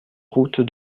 route